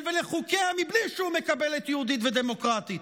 ולחוקיה בלי שהוא מקבל את "יהודית ודמוקרטית".